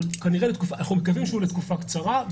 אנחנו מקווים שזה לתקופה קצרה,